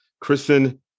Kristen